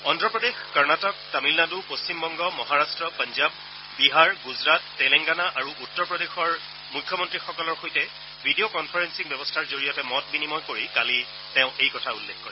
অজ্ঞপ্ৰদেশ কৰ্ণাটক তামিলনাডু পশ্চিমবংগ মহাৰট্ট পঞ্জাৱ বিহাৰ গুজৰাট তেলেংগানা আৰু উত্তৰ প্ৰদেশৰ মুখ্যমন্ত্ৰীসকলৰ সৈতে ভিডিঅ' কনফাৰেলিং ব্যৱস্থাৰ জৰিয়তে মত বিনিময় কৰি কালি প্ৰধানমন্ত্ৰীগৰাকীয়ে এই কথা উল্লেখ কৰে